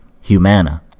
Humana